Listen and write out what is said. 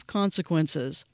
consequences